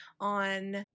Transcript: on